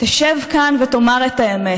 תשב כאן ותאמר את האמת.